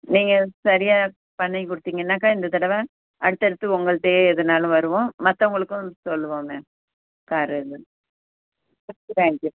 நீங்கள் சரியாக பண்ணி கொடுத்தீங்கனாக்கா இந்த தடவை அடுத்தடுத்து உங்கள்கிட்டையே எதுனாலும் வருவோம் மற்றவங்களுக்கும் சொல்லுவோம் மேம் காரு இது தேங்க் யூ